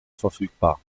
verfügbar